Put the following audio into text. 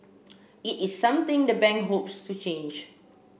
it is something the bank hopes to change